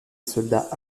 soldat